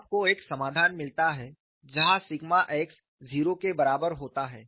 आपको एक समाधान मिलता है जहां सिग्मा x 0 के बराबर होता है